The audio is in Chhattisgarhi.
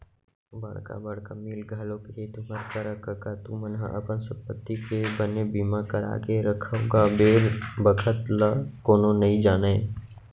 बड़का बड़का मील घलोक हे तुँहर करा कका तुमन ह अपन संपत्ति के बने बीमा करा के रखव गा बेर बखत ल कोनो नइ जानय